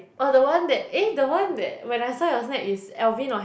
oh the one that eh the one that when I saw your snap it's Alvin or